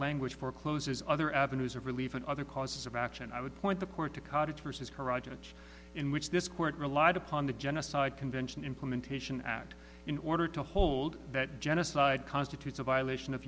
language forecloses other avenues of relief and other causes of action i would point the court to come harajuku in which this court relied upon the genocide convention implementation act in order to hold that genocide constitutes a violation of